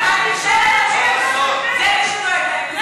זה מי שדואג להם.